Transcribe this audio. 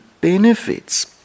benefits